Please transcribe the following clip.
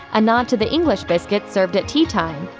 a nod to the english biscuits served at teatime.